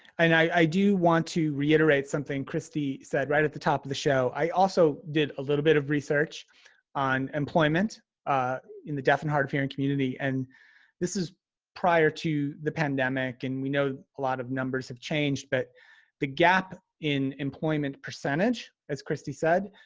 and i do want to reiterate something kristy said right at the top of the show. i also did a little bit of research on employment in the deaf and hard of hearing community and this is prior to the pandemic and we know a lot of numbers have changed but the gap in employment percentage as kristy said,